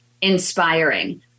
inspiring